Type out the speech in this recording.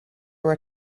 were